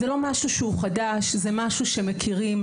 וזה לא משהו חדש, זה משהו שמכירים.